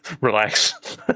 relax